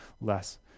less